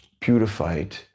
purified